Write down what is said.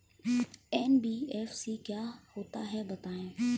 NBFC क्या होता है बताएँ?